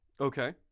Okay